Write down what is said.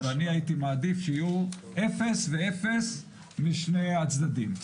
ואני הייתי מעדיף שיהיו אפס ואפס משני הצדדים.